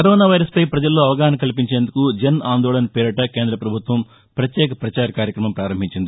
corona virus పై ప్రజల్లో అవగాహన కల్పించేందుకు జన్ ఆందోళన్ పేరిట కేంద పభుత్వం పత్యేక ప్రపచార కార్యక్రమం ప్రారంభించింది